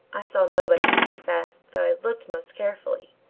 i saw nobody, she confessed, though i looked most carefully.